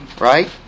Right